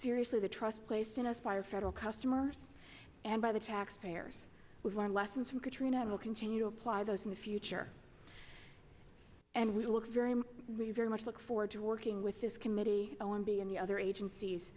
seriously the trust placed in us fire federal customers and by the taxpayers we've learned lessons from katrina and will continue to apply those in the future and we look very very very much look forward to working with this committee o m b and the other agencies